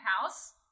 House